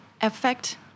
effect